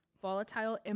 volatile